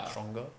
stronger